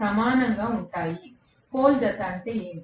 విద్యార్థి పోల్ జత అంటే ఏమిటి